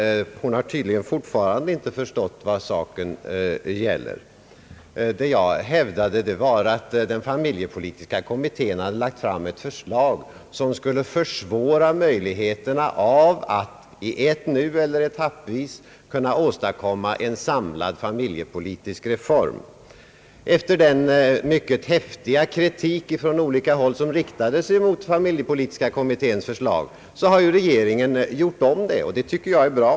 Hon har tydligen fortfarande inte förstått vad saken gäller. Vad jag hävdade var att den familjepolitiska kommittén hade lagt fram ett förslag, som skulle försvåra möjligheterna till att på en gång eller etappvis åstadkomma en samlad familjepolitisk reform. Efter den mycket häftiga kritik som från olika håll riktades mot familjepolitiska kommitténs förslag har ju regeringen gjort om det, och det tycker jag är bra.